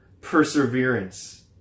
perseverance